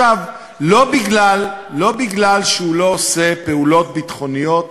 לא מפני שהוא לא עושה פעולות ביטחוניות